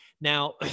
Now